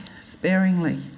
sparingly